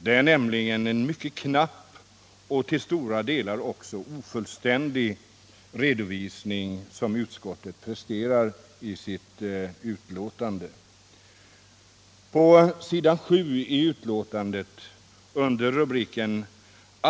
Det är nämligen en mycket knapp och till stora delar också ofullständig redovisning som utskottet presenterar i sitt utlåtande.